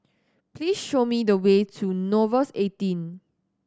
please show me the way to Nouvels eighteen